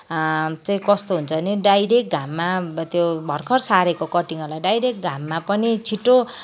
चाहिँ कस्तो हुन्छ भने डाइरेक्ट घाममा अब त्यो भर्खर सारेको कडिङहरूलाई पनि डाइरेक्ट घाममा पनि छिटो